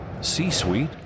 C-Suite